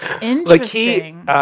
Interesting